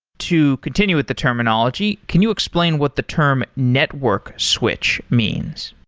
to continue with the terminology, can you explain what the term network switch means?